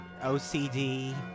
ocd